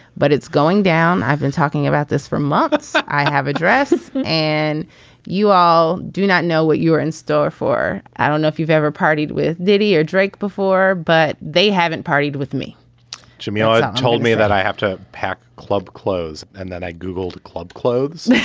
but it's going down. i've been talking about this for months. i have a dress and you all do not know what you are in store for. i don't know if you've ever partied with diddy or drake before, but they haven't partied with me jimmy told me that i have to pack club clothes and then i googled club clothes